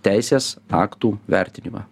teisės aktų vertinimą